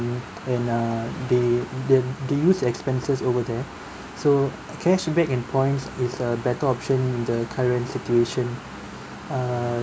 and uh they the they use expenses over there so cashback and points is a better option in the current situation err